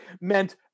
meant